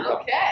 okay